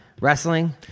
Wrestling